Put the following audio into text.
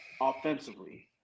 offensively